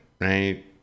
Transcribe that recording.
right